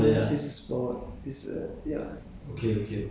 uh movement movement is a kind of sport loh